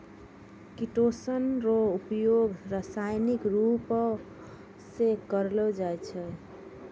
chitosan रो उपयोग रासायनिक रुप से करलो जाय छै